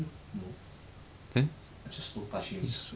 then say I de-skill just because I lose early game to meta